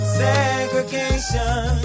segregation